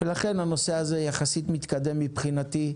לכן הנושא הזה יחסית מתקדם מבחינתי,